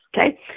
okay